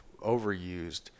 overused